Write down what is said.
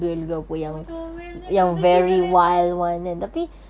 oh comelnya kalau kucing berenang